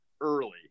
early